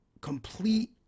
complete